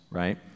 right